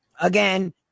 again